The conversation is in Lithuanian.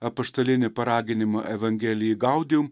apaštalinį paraginimą evangelijai gaudium